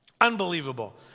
Unbelievable